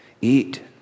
eat